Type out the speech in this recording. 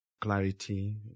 clarity